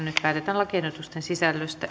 nyt päätetään lakiehdotusten sisällöstä